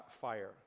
fire